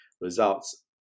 results